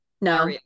No